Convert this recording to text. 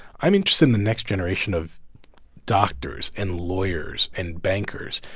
i'm interested in the next generation of doctors and lawyers and bankers.